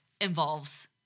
involves